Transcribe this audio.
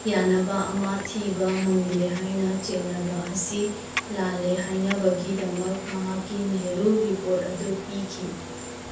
ꯌꯥꯟꯅꯕ ꯑꯃ ꯊꯤꯕ ꯉꯝꯗꯦ ꯍꯥꯏꯅ ꯆꯦꯟꯅꯕ ꯑꯁꯤ ꯂꯥꯜꯂꯦ ꯍꯥꯏꯅꯕꯒꯤꯗꯃꯛ ꯃꯍꯥꯛꯀꯤ ꯅꯦꯍꯦꯔꯨ ꯔꯤꯄꯣꯔꯠ ꯑꯗꯨ ꯄꯤꯈꯤ